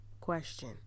question